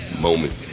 moment